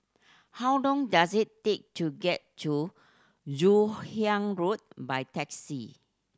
how long does it take to get to Joon Hiang Road by taxi